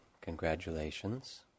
Congratulations